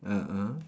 ah ah